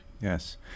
Yes